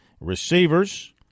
Receivers